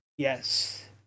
yes